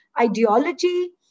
ideology